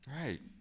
Right